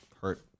hurt